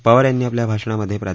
पवार यातीी आपल्या भाषणामध्ये प्रा